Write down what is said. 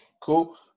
Cool